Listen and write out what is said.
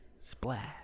splash